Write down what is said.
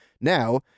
Now